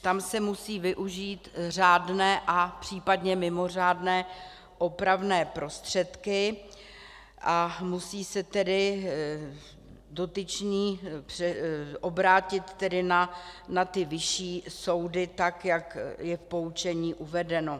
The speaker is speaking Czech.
Tam se musí využít řádné a případně mimořádné opravné prostředky, a musí se tedy dotyčný obrátit na ty vyšší soudy tak, jak je v poučení uvedeno.